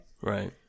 Right